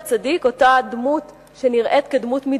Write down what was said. אותה דמות שנראית כדמות מתבוללת,